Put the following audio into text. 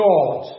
God